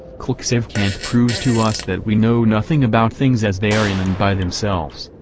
clxiv kant proves to us that we know nothing about things as they are in and by themselves,